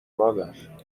مادر